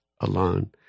alone